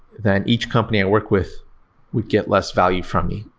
then each company i work with would get less value from me.